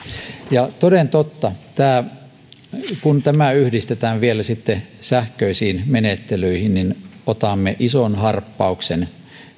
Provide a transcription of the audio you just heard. ja toden totta kun tämä yhdistetään vielä sitten sähköisiin menettelyihin niin otamme ison harppauksen